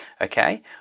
okay